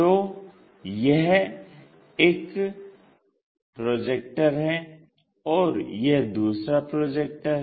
तो एक प्रोजेक्टर यह है और यह दूसरा प्रोजेक्टर है